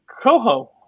Coho